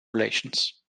relations